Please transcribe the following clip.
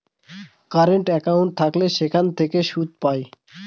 current account থাকলে সেখান থেকে সুদ পায়